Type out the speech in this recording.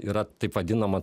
yra taip vadinama